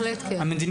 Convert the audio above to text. כן.